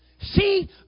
See